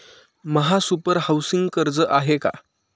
महासुपर हाउसिंग कर्ज आहे का?